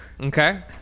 okay